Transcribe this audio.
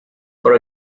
for